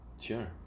Sure